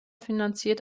finanziert